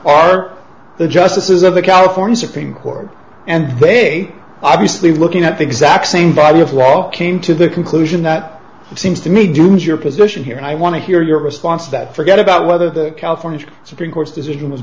point the justices of the california supreme court and they obviously looking at the exact same by default came to the conclusion that seems to me dooms your position here and i want to hear your response that forget about whether the california supreme court's decision was